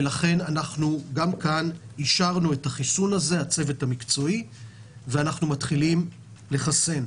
לכן אישרנו את החיסון הזה גם כאן ואנחנו מתחילים לחסן.